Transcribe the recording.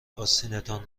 آستینتان